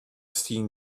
seen